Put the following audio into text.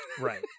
right